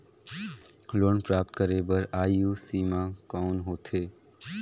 Loan प्राप्त करे बर आयु सीमा कौन होथे?